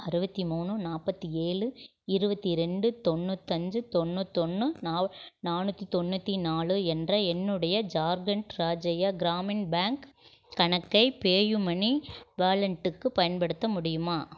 அறுபத்தி மூணு நாற்பத்தி ஏழு இருபத்தி ரெண்டு தொண்ணூத்தஞ்சு தொண்ணூத்தொன்று நால் நானூற்றி தொண்ணூற்றி நாலு என்ற என்னுடைய ஜார்க்கண்ட் ராஜய கிராமின் பேங்க் கணக்கை பேயூமனி வாலென்ட்டுக்கு பயன்படுத்த முடியுமா